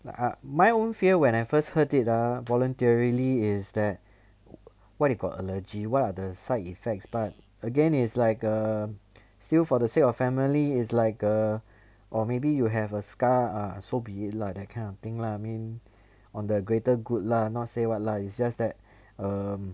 like I my own fear when I first heard it ah voluntarily is that what you called allergy what are the side effects but again is like a seal for the sake of family is like err or maybe you have a scar so be it lah that kind of thing lah I mean on the greater good lah not say what lah it's just that um